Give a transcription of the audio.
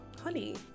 Honey